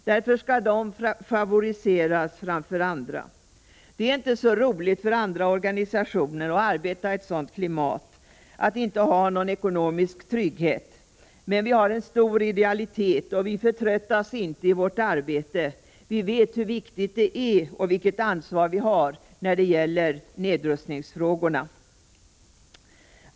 Därför skall de favoriseras framför andra. Det är inte så roligt för andra organisationer att arbeta i ett sådant klimat, att inte ha någon ekonomisk trygghet. Men vi har en stor idealitet, och vi förtröttas inte i vårt arbete. Vi vet hur viktigt det är och vilket ansvar vi har när det gäller nedrustningsfrågorna.